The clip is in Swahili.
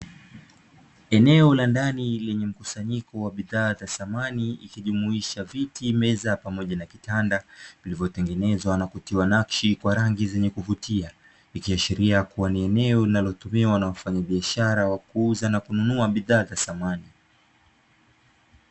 Eneo la ndani lenye mkusanyiko wa bidhaa za samani, ikijumuisha viti meza pamoja na kitanda, vilivyotengenezwa na kutiwa nakshi kwa rangi zenye kuvutia, ikiashiria kuwa ni eneo linalotumiwa na wafanyabiashara wa kuuza na kununua bidhaa za samani.